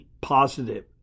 positive